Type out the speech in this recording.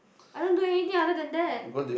I don't do anything other than that